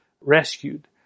rescued